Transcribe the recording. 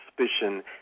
suspicion